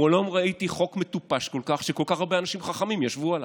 מעולם לא ראיתי חוק מטופש כל כך שכל כך הרבה אנשים חכמים ישבו עליו.